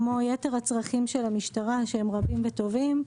כמו יתר הצרכים של המשטרה שהם רבים וטובים.